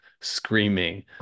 screaming